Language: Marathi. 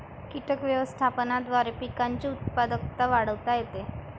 कीटक व्यवस्थापनाद्वारे पिकांची उत्पादकता वाढवता येते